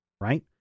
right